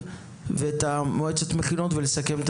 גם אריה מור והמשפטנים היו שם.